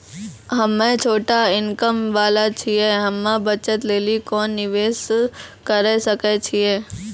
हम्मय छोटा इनकम वाला छियै, हम्मय बचत लेली कोंन निवेश करें सकय छियै?